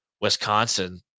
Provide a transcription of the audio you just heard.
Wisconsin